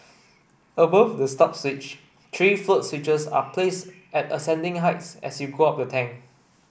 above the stop switch three float switches are placed at ascending heights as you go up the tank